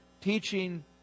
teaching